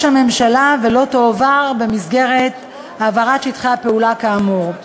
הממשלה ולא תועבר במסגרת העברת שטחי הפעולה כאמור.